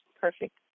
perfect